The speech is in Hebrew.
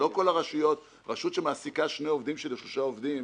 לא כל הרשויות רשות שמעסיקה שניים או שלושה עובדים,